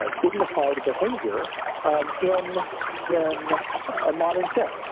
ah dignified behavior um in yeah in ah modern so